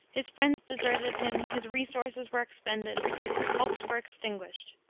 his friends deserted him his resources were expended his hopes were extinguished.